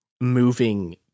moving